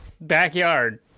backyard